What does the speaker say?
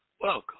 Welcome